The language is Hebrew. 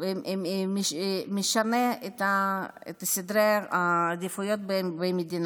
משנה את סדרי העדיפויות במדינה.